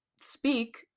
speak